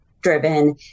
driven